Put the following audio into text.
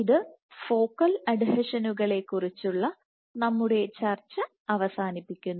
ഇത് ഫോക്കൽ അഡ്ഹീഷനുകളെക്കുറിച്ചുള്ള നമ്മുടെ ചർച്ച അവസാനിപ്പിക്കുന്നു